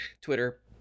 Twitter